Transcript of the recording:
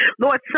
Lord